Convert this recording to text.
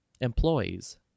employees